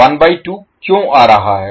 1 by 2 क्यों आ रहा है